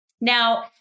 Now